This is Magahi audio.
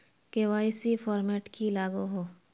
के.वाई.सी फॉर्मेट की लागोहो?